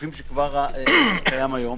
בהיקפים שקיימים היום,